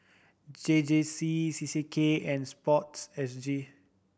J J C C C K and SPORTSG